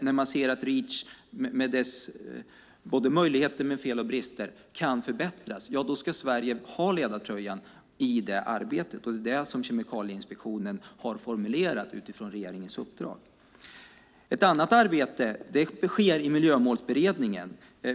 När man ser att Reach med sina möjligheter och fel och brister kan förbättras ska Sverige ha ledartröjan i det arbetet. Det är det som Kemikalieinspektionen har formulerat utifrån regeringens uppdrag. Ett annat arbete sker i Miljömålsberedningen.